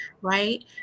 right